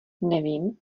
nevím